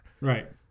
Right